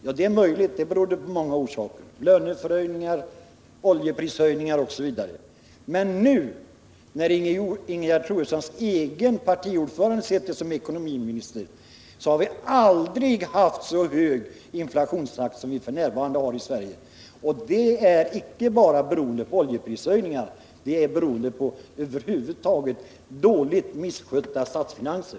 Ja, det är möjligt, men det hade många olika orsaker: löneförhöjningar, oljeprishöjningar osv. Men nu sitter Ingegerd Troedssons egen partiordförande som ekonomiminister, och vi har en inflationstakt som är högre än vad den någonsin har varit. Det beror inte bara på oljeprishöjningarna utan över huvud taget på dåligt skötta statsfinanser.